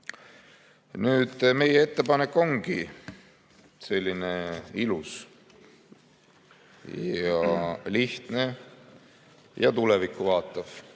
ole. Meie ettepanek ongi selline ilus ja lihtne ja tulevikku vaatav: